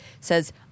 says